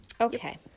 Okay